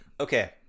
Okay